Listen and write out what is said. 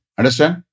Understand